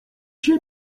się